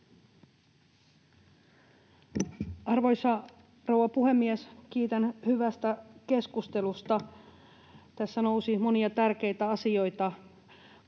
Arvoisa rouva puhemies! Kiitän hyvästä keskustelusta. Tässä nousi monia tärkeitä asioita.